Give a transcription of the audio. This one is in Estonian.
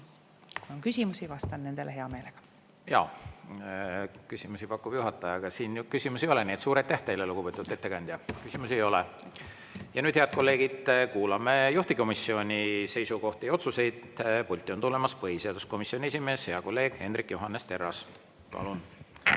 Kui on küsimusi, vastan nendele hea meelega. Jaa, küsimusi pakub juhataja, aga siin küsimusi ei ole. Nii et suur aitäh teile, lugupeetud ettekandja! Küsimusi ei ole. Ja nüüd, head kolleegid, kuulame juhtivkomisjoni seisukohti ja otsuseid. Pulti on tulemas põhiseaduskomisjoni esimees, hea kolleeg Hendrik Johannes Terras. Palun!